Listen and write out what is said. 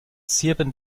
zirpen